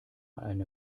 eine